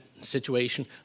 situation